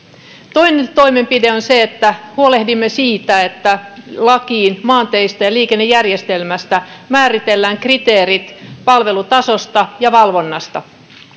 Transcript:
toinen toimenpide on se että huolehdimme siitä että laissa maanteistä ja liikennejärjestelmästä määritellään kriteerit palvelutasosta ja valvonnasta